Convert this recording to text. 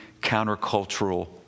countercultural